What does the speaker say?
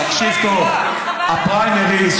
תקשיב טוב: הפריימריז,